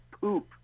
poop